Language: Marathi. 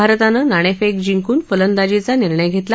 भारतानं नाणेफेक जिंकून फलंदाजीचा निर्णय घेतला